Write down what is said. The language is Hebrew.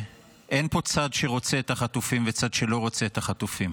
אין פה צד שרוצה את החטופים וצד שלא רוצה את החטופים.